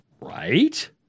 right